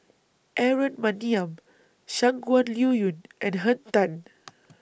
Aaron Maniam Shangguan Liuyun and Henn Tan